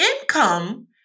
income